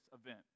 event